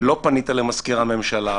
לא פנית למזכיר הממשלה,